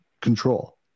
control